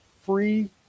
free